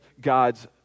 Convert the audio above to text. God's